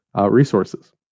resources